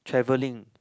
travelling